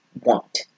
want